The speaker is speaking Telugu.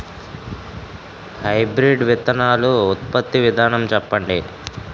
హైబ్రిడ్ విత్తనాలు ఉత్పత్తి విధానం చెప్పండి?